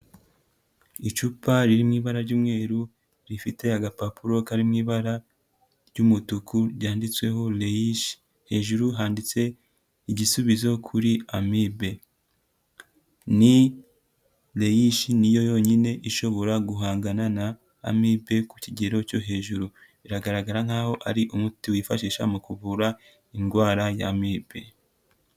Icupa riri mu ibara ry'umweru, rifite agapapuro kari mu ibara ry'umutuku, ryanditseho reyishe. Hejuru handitse igisubizo kuri amibe. Reyishe ni yo yonyine ishobora guhangana na amibe ku kigero cyo hejuru. Biragaragara nk'aho ari umuti wifashisha mu kuvura indwara ya amibe.